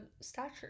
stature